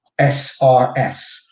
SRS